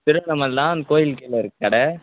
திருவண்ணாமலை தான் கோயில் கீழே இருக்குது கடை